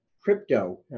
crypto